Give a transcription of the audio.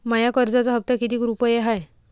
माया कर्जाचा हप्ता कितीक रुपये हाय?